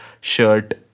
shirt